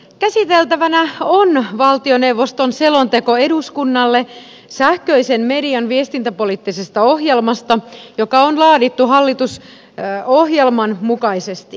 käsiteltävänä on valtioneuvoston selonteko eduskunnalle sähköisen median viestintäpoliittisesta ohjelmasta joka on laadittu hallitusohjelman mukaisesti